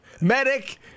Medic